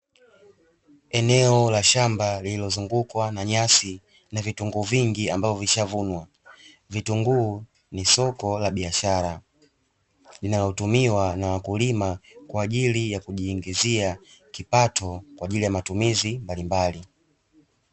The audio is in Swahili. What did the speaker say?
Eneo la shamba lililozungukwa na nyasi na vitunguu vingi ambavyo vilishavunwa. Vitunguu ni soko la biashara linalotumiwa na wakulima kwa ajili ya kujiingiza kipato kwa ajili ya matumizi mbalimbali.